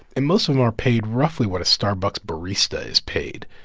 and most of them are paid roughly what a starbucks barista is paid.